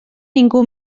ningú